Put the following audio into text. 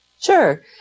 Sure